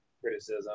criticism